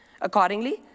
Accordingly